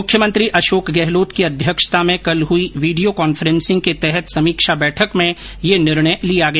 मुख्यमंत्री अशोक गहलोत की अध्यक्षता में कल हुई वीडियो कॉन्फ्रेन्सिंग के तहत हुई समीक्षा बैठक में यह निर्णय लिया गया